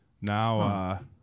now